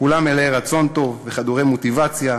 כולם מלאי רצון טוב וחדורי מוטיבציה,